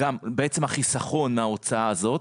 בעצם החיסכון מההוצאה הזאת,